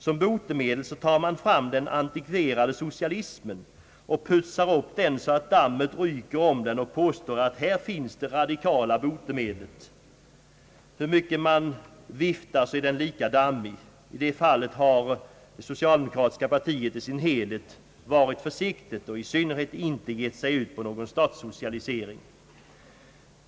Som botemedel tar man fram den antikverade socialismen och putsar upp den så att dammet ryker om den och påstår att här finns det radikala botemedlet. Hur mycket man viftar så är den lika dammig. I det fallet har det socialdemokratiska partiet i sin helhet varit försiktigt och i synnerhet inte gett sig ut på någon statssocialisering.